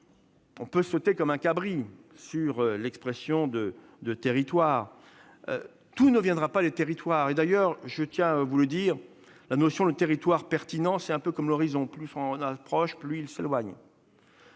On peut sauter comme un cabri et prononcer ce mot. Mais tout ne viendra pas les territoires. D'ailleurs, je tiens à vous le dire, la notion de territoire pertinent, c'est un peu comme l'horizon : plus on s'en approche, plus il s'éloigne